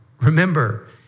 Remember